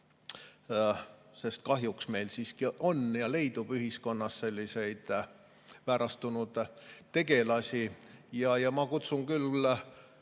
sest kahjuks meil siiski on ja leidub ühiskonnas selliseid väärastunud tegelasi. Ma kutsun küll